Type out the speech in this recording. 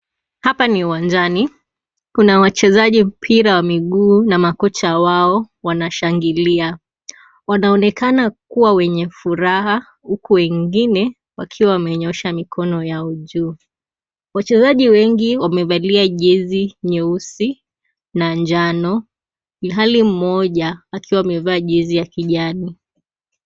Hapa ni uwanjani, kuna wachezaji mpira wa miguu n̈a makocha wao wanashangilia, wanaonekana kuwa wenye furaha huku wengine wakiwa wamenyoosha mikono yao juu, wachezaji wengi wamevalia jersey nyeusi na njano ilhali mmoja akiwa amevaa jersey ya kijani.